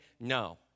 no